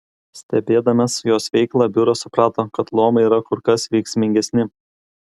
stebėdamas jos veiklą biuras suprato kad luomai yra kur kas veiksmingesni